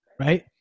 right